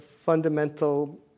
fundamental